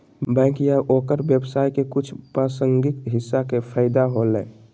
bank या ओकर व्यवसाय के कुछ प्रासंगिक हिस्सा के फैदा होलय